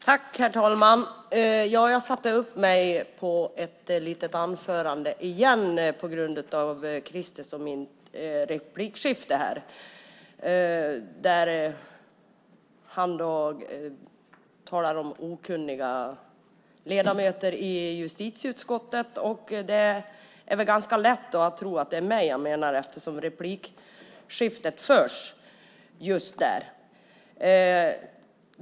Herr talman! Jag satte upp mig på talarlistan för ett litet anförande igen på grund av Kristers och mitt replikskifte, där han talade om okunniga ledamöter i justitieutskottet. Det är då ganska lätt att tro att det är mig han menar eftersom replikskiftet var med just mig.